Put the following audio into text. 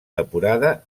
depurada